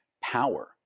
power